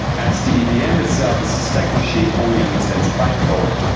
as the the evm itself is stack machine, only understands byte code.